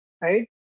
right